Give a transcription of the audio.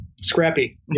Scrappy